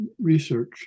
research